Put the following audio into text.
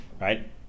right